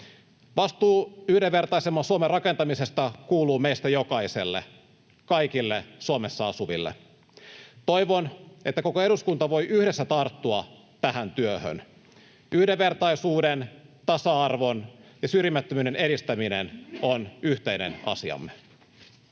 Vastuu yhdenvertaisemman Suomen rakentamisesta kuuluu meistä jokaiselle, kaikille Suomessa asuville. Toivon, että koko eduskunta voi yhdessä tarttua tähän työhön. Yhdenvertaisuuden, tasa-arvon ja syrjimättömyyden edistäminen on yhteinen asiamme.